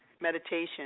meditation